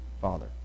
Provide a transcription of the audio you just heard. Father